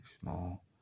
small